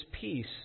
peace